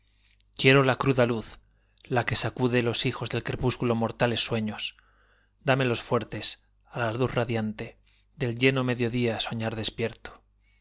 quiero la cruda luz la que sacude los hijos del crepúsculo mortales sueños dame los fuertes á la luz radiante del lleno medio día soñar despierto